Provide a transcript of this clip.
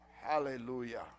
Hallelujah